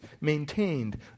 maintained